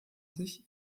sich